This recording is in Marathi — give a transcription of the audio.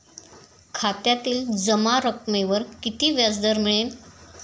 खात्यातील जमा रकमेवर किती व्याजदर मिळेल?